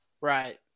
Right